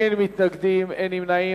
אין מתנגדים, אין נמנעים.